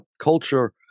culture